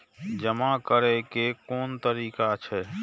जमा करै के कोन तरीका छै?